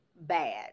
bad